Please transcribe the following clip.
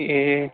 ए